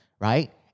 Right